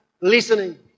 listening